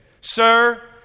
Sir